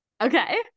okay